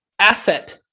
asset